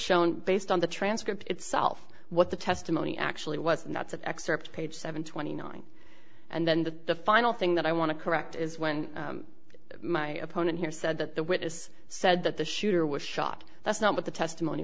shown based on the transcript itself what the testimony actually was and that's that excerpt page seven twenty nine and then the final thing that i want to correct is when my opponent here said that the witness said that the shooter was shot that's not what the testimony